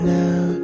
now